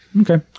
okay